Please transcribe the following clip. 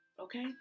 Okay